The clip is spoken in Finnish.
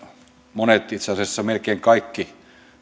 monet itse asiassa melkein kaikki